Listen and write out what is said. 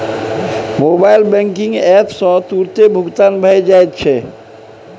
mobile banking app सँ तुरतें भुगतान भए जाइत छै